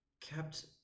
kept